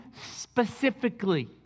specifically